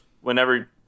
Whenever